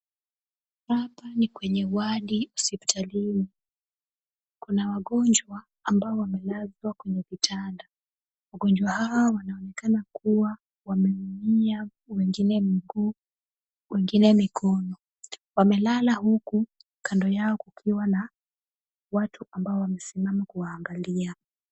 Hapa ni kwenye wadi hosiptalini. Kuna wagonjwa ambao wamelazwa kwenye kitanda. Wagonjwa hao wanaonekana kuwa wameumia wengine mguu, wengine mikono. Wamelala huku kando yao kukiwa na watu ambao wanasimama kuwaangalia.